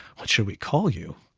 what should we call you?